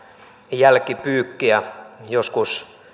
jälkipyykkiä joskus